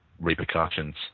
repercussions